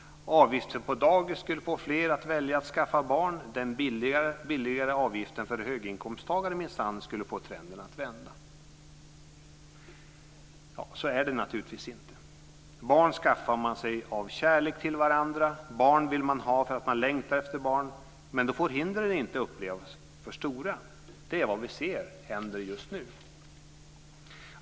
Avgifter på dagis skulle få fler att välja att skaffa barn. Den billigare avgiften för höginkomsttagare skulle minsann få trenden att vända. Så är det naturligtvis inte. Barn skaffar man sig av kärlek till varandra. Barn vill man ha därför att man längtar efter barn. Men då får inte hindren upplevas som för stora. Det är vad vi ser hända just nu.